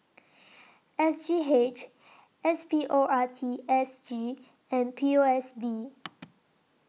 S G H S P O R T S G and P O S B